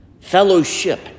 fellowship